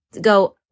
go